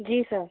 जी sir